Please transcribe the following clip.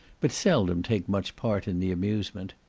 but seldom take much part in the amusement.